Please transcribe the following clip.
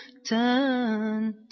Turn